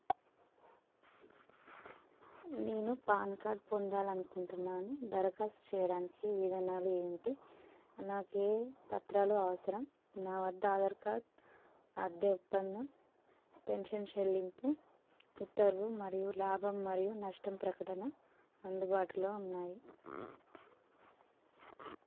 నేను PAN card పొందాలనుకుంటున్నాను దరఖాస్తు చేయడానికి విధానాలు ఏమిటి నాకు ఏ పత్రాలు అవసరం నా వద్ద ఆధార్ కార్డ్ అద్దె ఒప్పందం పెన్షన్ చెల్లింపు ఉత్తర్వు మరియు లాభం మరియు నష్టం ప్రకటన అందుబాటులో ఉన్నాయి